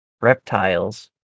reptiles